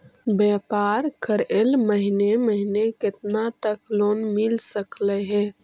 व्यापार करेल महिने महिने केतना तक लोन मिल सकले हे?